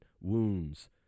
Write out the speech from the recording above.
wounds